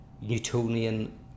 Newtonian